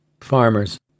Farmers